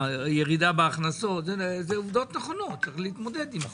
הירידה בהכנסות אלה עובדות נכונות וצריך להתמודד עם זה.